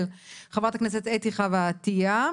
של חברת הכנסת אתי חוה עטייה,